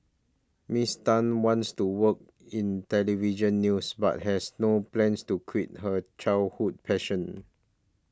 Miss Tan wants to work in Television News but has no plans to quit her childhood passion